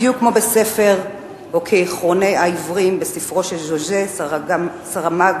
בדיוק כאחרוני העיוורים בספרו של ז'וז'ה סאראמאגו.